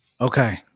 Okay